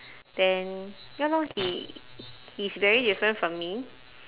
then ya lor he he's very different from me